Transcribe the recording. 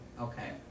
Okay